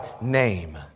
name